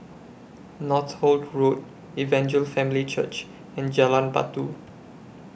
Northolt Road Evangel Family Church and Jalan Batu